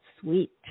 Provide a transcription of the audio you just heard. sweet